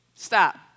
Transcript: Stop